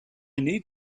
need